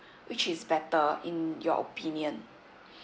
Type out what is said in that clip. which is better in your opinion